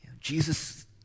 Jesus